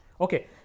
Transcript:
Okay